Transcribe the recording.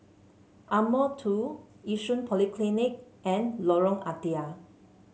Ardmore Two Yishun Polyclinic and Lorong Ah Thia